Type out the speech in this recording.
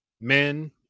men